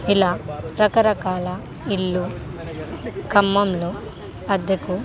ఇలా రకరకాల ఇల్లు ఖమ్మంలో అద్దకు